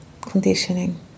conditioning